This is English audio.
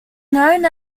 known